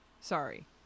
Sorry